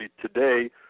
today